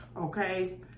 Okay